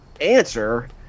answer